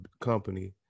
company